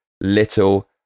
little